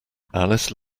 alice